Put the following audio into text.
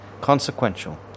Consequential